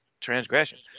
transgression